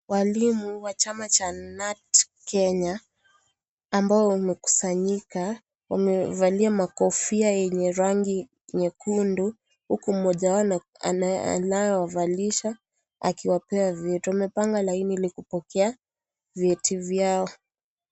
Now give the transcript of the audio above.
Walimu wa chama cha KNUT Kenya ambao wamekusanyika wamevalia makofia yenye rangi nyekundu huku mmoja wao anayowavalisha akiwapa vitu wamepanga laini ili kupokea vyeti vyao.